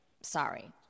sorry